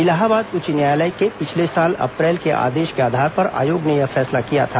इलाहाबाद उच्च न्यायालय के पिछले साल अप्रैल के आदेश के आधार पर आयोग ने यह फैसला किया था